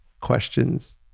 questions